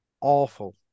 awful